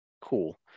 cool